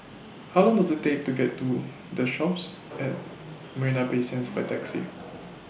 How Long Does IT Take to get to The Shoppes At Marina Bay Sands By Taxi